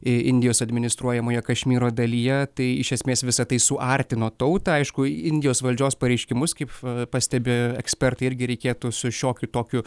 indijos administruojamoje kašmyro dalyje tai iš esmės visa tai suartino tautą aišku indijos valdžios pareiškimus kaip pastebi ekspertai irgi reikėtų su šiokiu tokiu